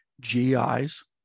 GIs